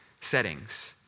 settings